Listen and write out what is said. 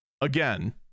Again